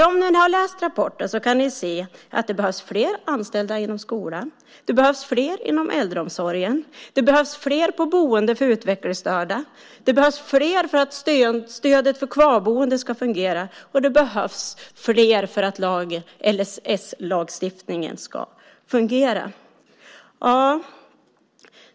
Om ni läser rapporten kan ni se att det behövs fler anställda inom skolan, äldreomsorgen och på boenden för utvecklingsstörda. Det behövs fler för att stödet för kvarboende ska fungera, och det behövs fler för att LSS-lagstiftningen ska fungera.